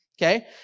Okay